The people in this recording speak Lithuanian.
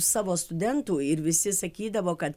savo studentų ir visi sakydavo kad